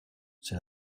c’est